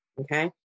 okay